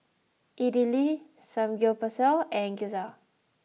Idili Samgeyopsal and Gyoza